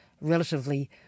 relatively